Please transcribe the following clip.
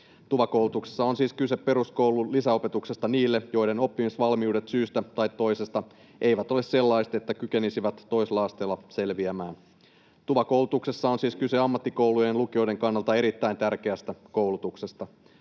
TUVA-koulutuksessa on siis kyse peruskoulun lisäopetuksesta niille, joiden oppimisvalmiudet syystä tai toisesta eivät ole sellaiset, että he kykenisivät toisella asteella selviämään. TUVA-koulutuksessa on siis kyse ammattikoulujen ja lukioiden kannalta erittäin tärkeästä koulutuksesta.